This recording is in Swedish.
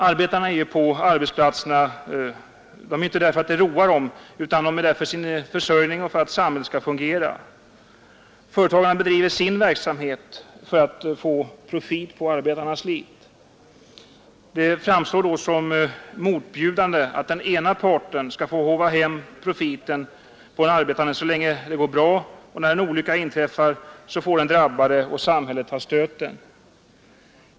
Arbetarna är ju inte på arbetsplatserna för att det roar dem utan för sin försörjning och för att samhället skall fungera. Företagarna bedriver sin verksamhet för att få profit på arbetarnas slit. Det framstår då som motbjudande att den ena parten skall få håva hem profiten på den arbetande så länge det går bra, men när en olycka inträffar får den drabbade och samhället ta stöten.